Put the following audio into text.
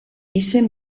izen